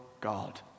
God